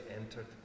entered